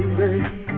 baby